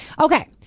Okay